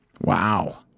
Wow